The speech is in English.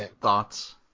thoughts